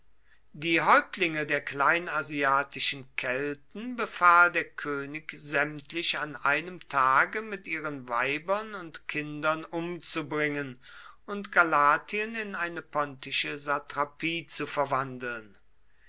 die häuptlinge der kleinasiatischen kelten befahl der könig sämtlich an einem tage mit ihren weibern und kindern umzubringen und galatien in eine pontische satrapie zu verwandeln